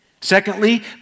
Secondly